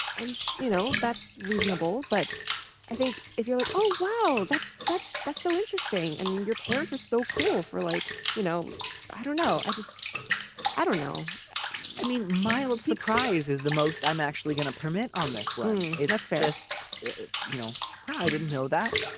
i'm sure you know that's reasonable. but i think if you're like oh wow that's such that's so interesting and your parents are so cool for like you know i don't know i just i don't know i mean mild surprise is the most i'm actually going to permit on this one. that's first you know why i didn't know that.